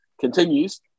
continues